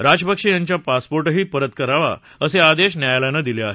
राजपक्षे यांचा पासपोर्टही परत करावा असे आदेश न्यायालयानं दिले आहेत